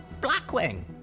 blackwing